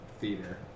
Theater